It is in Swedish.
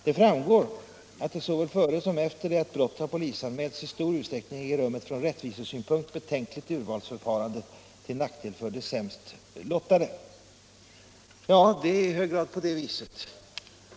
Det framgår också att det såväl före som efter det att brottet har polisanmälts i stor utsträckning äger rum ett från rättvisesynpunkt betänkligt urvalsförfarande till nackdel för de sämst lottade.” Ja, det är i hög grad på det viset.